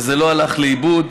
וזה לא הלך לאיבוד,